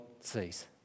sees